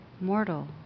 mortal